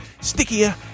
stickier